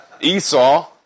Esau